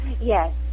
Yes